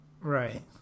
Right